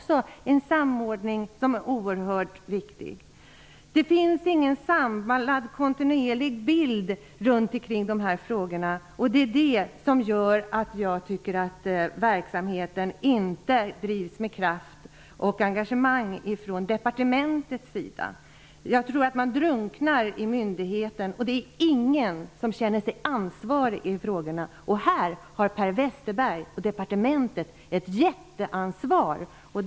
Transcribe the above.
Samordning är oerhört viktigt. Det finns inget samlat, kontinuerligt arbete. Det är det som gör att jag inte tycker att verksamheten drivs med kraft och engagemang från departementets sida. Jag tror att man drunknar på myndigheten. Ingen känner ansvar för dessa frågor. Per Westerberg har ett jätteansvar.